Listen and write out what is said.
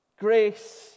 grace